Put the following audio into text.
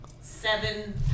Seven